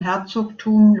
herzogtum